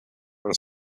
and